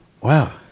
Wow